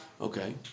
Okay